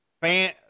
fan